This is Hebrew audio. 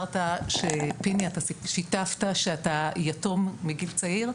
פיני, אתה שיתפת שאתה יתום מגיל צעיר.